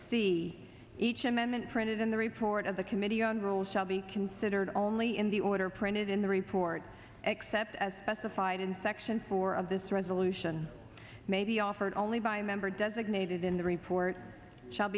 see each amendment printed in the report of the committee on rules shall be considered only in the order printed in the report except as testified in section four of this resolution may be offered only by a member designated in the report sh